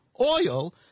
oil